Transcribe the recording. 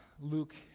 Luke